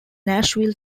nashville